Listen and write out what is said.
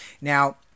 Now